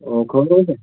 آ خٲرٕے اوسا